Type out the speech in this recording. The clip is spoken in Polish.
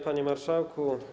Panie Marszałku!